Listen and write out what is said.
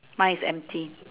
mine is empty